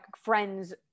friends